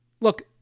Look